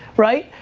right?